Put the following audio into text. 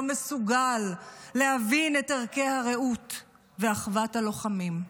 לא מסוגל להבין את ערכי הרעות ואחוות הלוחמים.